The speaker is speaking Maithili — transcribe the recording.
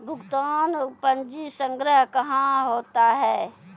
भुगतान पंजी संग्रह कहां होता हैं?